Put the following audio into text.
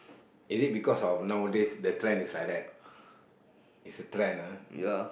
is it because of nowadays the trend is like that it's a trend ah